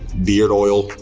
beard oil,